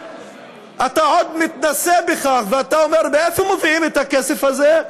ואתה עוד מתנשא בכך ואומר: מאיפה מביאים את הכסף הזה?